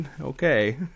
okay